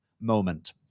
moment